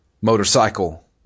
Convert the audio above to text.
motorcycle